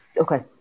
okay